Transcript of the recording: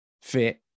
fit